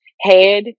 head